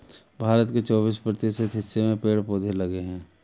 भारत के चौबिस प्रतिशत हिस्से में पेड़ पौधे लगे हैं